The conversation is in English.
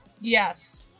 Yes